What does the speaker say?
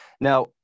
Now